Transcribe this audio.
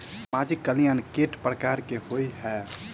सामाजिक कल्याण केट प्रकार केँ होइ है?